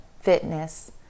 fitness